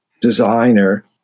designer